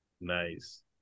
Nice